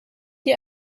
die